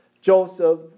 Joseph